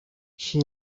she